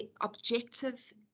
objective